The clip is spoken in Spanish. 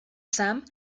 sam